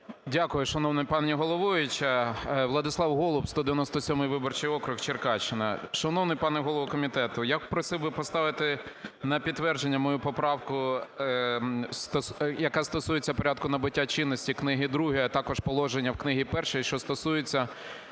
Дякую, шановна пані головуюча. Владислав Голуб, 197 виборчий округ, Черкащина. Шановний пане голово комітету, я просив би поставити на підтвердження мою поправку, яка стосується порядку набуття чинності Книги ІІ, а також положення в Книзі І що стосується